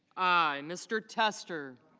i. mr. tester